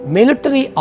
Military